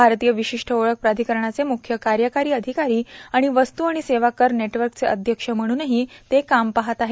भारतीय विशिष्ठ ओळख प्राधिकरणाचे म्ख्य कार्यकारी अधिकारी आणि वस्तू आणि सेवा कर नेटवर्कचे अध्यक्ष म्हणूनही ते काम पाहत आहेत